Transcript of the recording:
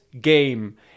game